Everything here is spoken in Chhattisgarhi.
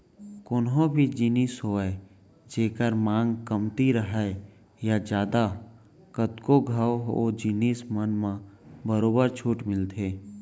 कोनो भी जिनिस होवय जेखर मांग कमती राहय या जादा कतको घंव ओ जिनिस मन म बरोबर छूट मिलथे